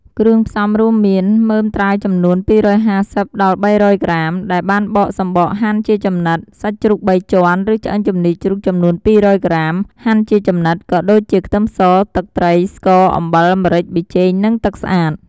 គ្រឿងផ្សំរួមមាន មើមត្រាវចំនួន ២៥០ ដល់ ៣០០ ក្រាម ដែលបានបកសំបកហាន់ជាចំណិត សាច់ជ្រូកបីជាន់ ឬឆ្អឹងជំនីរជ្រូកចំនួន ២០០ ក្រាម ហាន់ជាចំណិត ក៏ដូចជា ខ្ទឹមស ទឹកត្រី ស្ករ អំបិល ម្រេច ប៊ីចេង និងទឹកស្អាត។